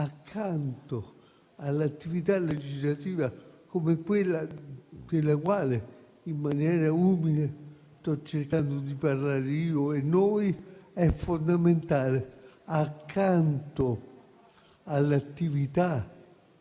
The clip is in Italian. accanto all'attività legislativa, quella della quale in maniera umile sto cercando di occuparmi, io insieme a voi, è fondamentale: accanto all'attività